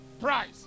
Price